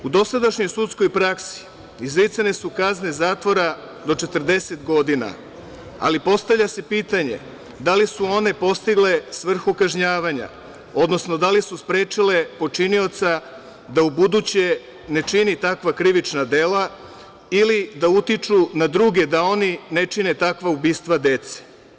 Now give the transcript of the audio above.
U dosadašnjoj sudskoj praksi izricane su kazne zatvora do 40 godina, ali postavlja se pitanje da li su one postigle svrhu kažnjavanja, odnosno da li su sprečile počinioca da ubuduće ne čini takva krivična dela ili da utiču na druge, da oni ne čine takva ubistva dece?